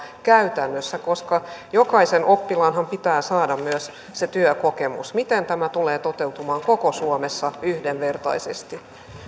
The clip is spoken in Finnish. käytännössä jokaisen oppilaanhan pitää saada myös se työkokemus miten tämä tulee toteutumaan koko suomessa yhdenvertaisesti